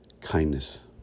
kindness